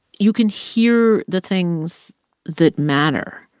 you can hear the things that matter.